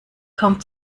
kaum